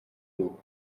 you